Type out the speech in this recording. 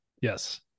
Yes